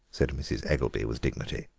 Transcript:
said mrs. eggelby with dignity.